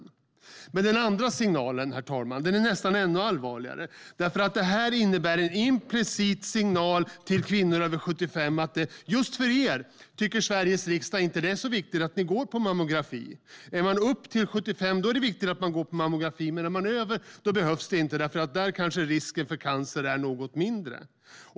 Den andra signalen är ännu allvarligare. Sveriges riksdag sänder signalen till svenska kvinnor över 74 år att det inte är så viktigt att de går på mammografi. Är man under 75 är det viktigt att gå på mammografi, men är man över 75 behövs det inte eftersom risken för cancer kanske är något mindre.